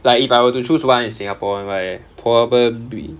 like if I were to choose one in singapore like probably